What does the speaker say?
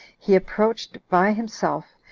he approached by himself,